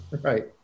right